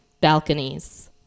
balconies